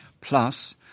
plus